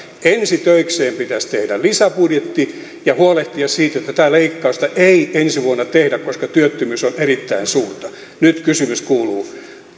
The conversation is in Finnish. ensi töikseen pitäisi tehdä lisäbudjetti ja huolehtia siitä että tätä leikkausta ei ensi vuonna tehdä koska työttömyys on erittäin suurta nyt kysymys kuuluu